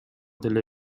деле